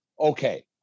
okay